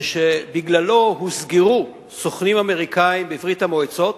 שבגללו הוסגרו סוכנים אמריקנים לברית-המועצות